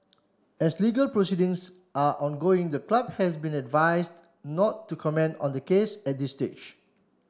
as legal proceedings are ongoing the club has been advised not to comment on the case at this stage